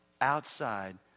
outside